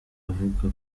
avuga